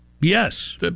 Yes